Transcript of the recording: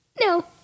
No